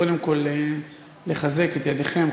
קודם כול לחזק את ידיכם,